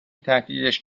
تهدیدش